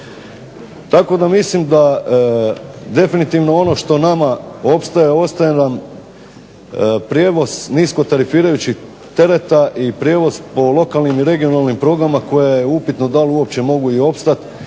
Tako da mislim da ono što definitivno nama ostaje prijevoz niskotarifirajućih tereta i prijevoz po lokalnim i regionalnim prugama za koje je upitno da li mogu opstati